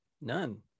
None